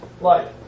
life